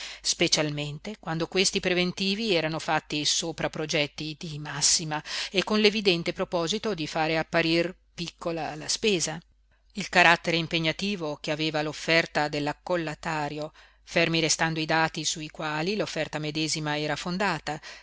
specialmente quando questi preventivi erano fatti sopra progetti di massima e con l'evidente proposito di fare apparir piccola la spesa il carattere impegnativo che aveva l'offerta dell'accollatario fermi restando i dati su i quali l'offerta medesima era fondata